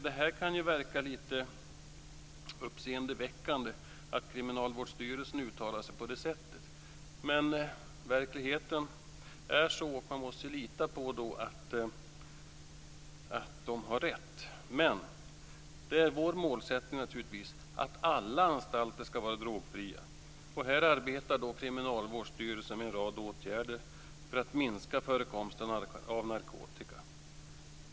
Det kan verka lite uppseendeväckande att Kriminalvårdsstyrelsen uttalar sig på det sättet, men verkligheten är sådan att man måste lita på att Kriminalvårdsstyrelsen har rätt. Det är naturligtvis vår målsättning att alla anstalter ska vara drogfria. Här arbetar Kriminalvårdsstyrelsen med en rad åtgärder för att minska förekomsten av narkotika.